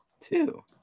two